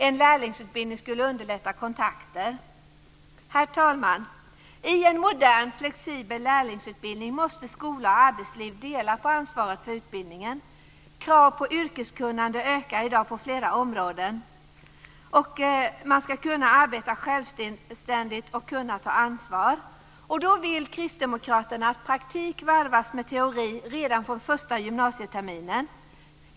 En lärlingsutbildning skulle underlätta kontakter. Herr talman! I en modern och flexibel lärlingsutbildning måste skola och arbetsliv dela på ansvaret för utbildningen. Kraven på yrkeskunnande ökar i dag på flera områden. Man ska kunna arbeta självständigt och kunna ta ansvar. Då vill kristdemokraterna att praktik varvas med teori redan från första gymnasieterminen.